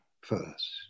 first